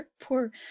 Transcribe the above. poor